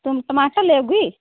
तुम टमाटर लोगी